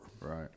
Right